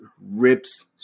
rips